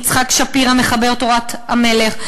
יצחק שפירא מחבר "תורת המלך",